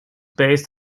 based